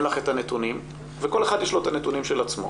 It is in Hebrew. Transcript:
לך את הנתונים ולכל אחד יש את הנתונים של עצמו.